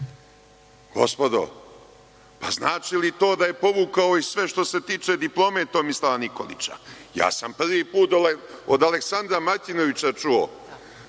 Gospodo, znači li to da je povukao i sve što se tiče diplome Tomislava Nikolića? Prvi put sam od Aleksandra Martinovića čuo